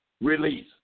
release